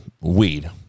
weed